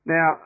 Now